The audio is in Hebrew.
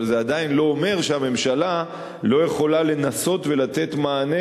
אבל זה עדיין לא אומר שהממשלה לא יכולה לנסות ולתת מענה